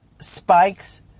spikes